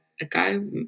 ago